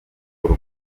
rugo